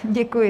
Děkuji.